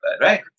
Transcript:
right